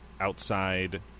outside